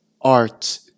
art